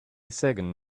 second